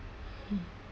hmm